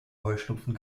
heuschnupfen